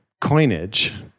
coinage